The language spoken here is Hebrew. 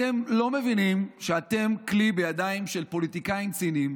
אתם לא מבינים שאתם כלי בידיים של פוליטיקאים ציניים